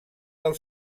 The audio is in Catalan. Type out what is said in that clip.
del